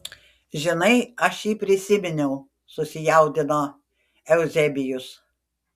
žinai aš jį prisiminiau susijaudino euzebijus